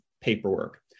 paperwork